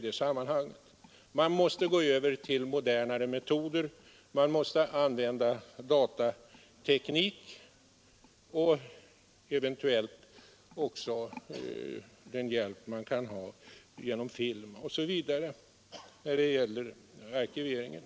Vi måste gå över till mera moderna metoder med användande av datateknik och eventuellt också mikrofilm för arkiveringen.